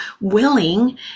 willing